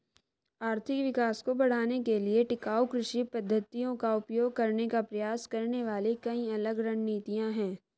आर्थिक विकास को बढ़ाने के लिए टिकाऊ कृषि पद्धतियों का उपयोग करने का प्रयास करने वाली कई अलग रणनीतियां हैं